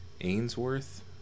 Ainsworth